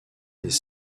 des